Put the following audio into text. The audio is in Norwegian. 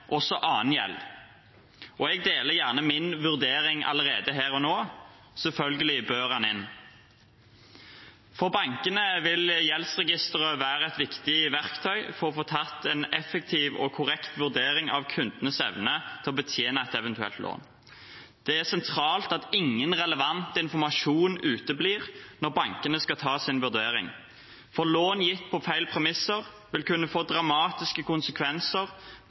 også annen gjeld, og jeg deler gjerne min vurdering allerede her og nå: Selvfølgelig bør den inn. For bankene vil gjeldsregisteret være et viktig verktøy for å få tatt en effektiv og korrekt vurdering av kundenes evne til å betjene et eventuelt lån. Det er sentralt at ingen relevant informasjon uteblir når bankene skal ta sin vurdering, for lån gitt på feil premisser vil kunne få dramatiske konsekvenser